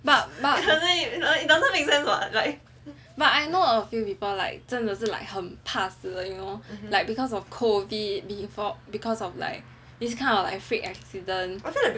but but but I know a few people like 真的是 like 很怕死的 you know like because of COVID before because of like this kind of like freak accident